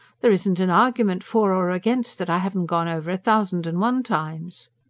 there isn't an argument for or against, that i haven't gone over a thousand and one times.